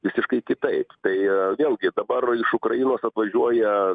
visiškai kitaip tai vėlgi dabar iš ukrainos atvažiuoja